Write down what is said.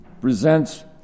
presents